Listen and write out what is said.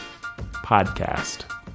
podcast